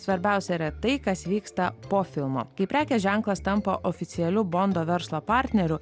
svarbiausia yra tai kas vyksta po filmo kai prekės ženklas tampa oficialiu bondo verslo partneriu